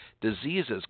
diseases